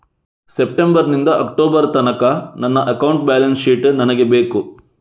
September ನಿಂದ October ತನಕ ನನ್ನ ಅಕೌಂಟ್ ಬ್ಯಾಲೆನ್ಸ್ ಶೀಟ್ ನನಗೆ ಬೇಕು